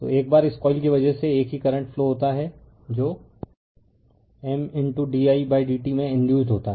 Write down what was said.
तो एक बार इस कॉइल की वजह से एक ही करंट फ्लो होता है जो M didt में इंडयुसड होता है